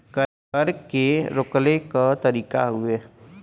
कर के रोकले क तरीका हउवे